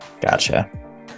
gotcha